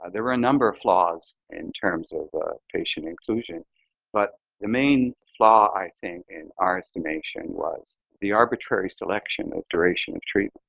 there were a number of flaws in terms of the patient inclusion but the main i think, in our estimation was the arbitrary selection of duration of treatment.